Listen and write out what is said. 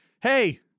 Hey